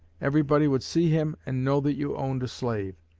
everybody would see him and know that you owned a slave.